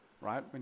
right